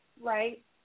Right